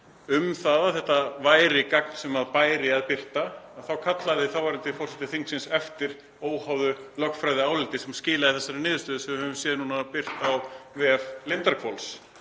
um að þetta væri gagn sem bæri að birta þá kallaði þáverandi forseti þingsins eftir óháðu lögfræðiáliti sem skilaði þessari niðurstöðu sem við höfum séð birta á vef Lindarhvols.